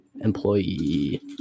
employee